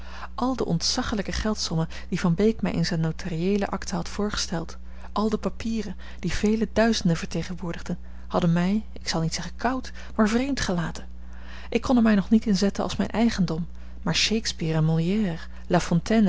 al de ontzaggelijke geldsommen die van beek mij in zijne notarieele akten had voorgesteld al de papieren die vele duizenden vertegenwoordigden hadden mij ik zal niet zeggen koud maar vreemd gelaten ik kon er mij nog niet in zetten als mijn eigendom maar shakespeare